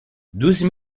douze